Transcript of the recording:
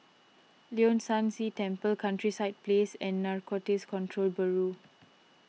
Leong San See Temple Countryside Place and Narcotics Control Bureau